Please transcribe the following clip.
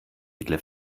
edle